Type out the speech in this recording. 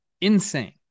insane